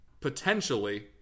potentially